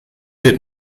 wird